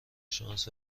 شانس